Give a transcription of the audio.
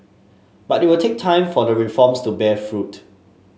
but it will take time for the reforms to bear fruit